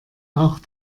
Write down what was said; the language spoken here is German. auch